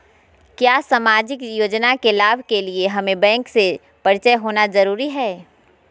क्या सामाजिक योजना के लाभ के लिए हमें बैंक से परिचय होना जरूरी है?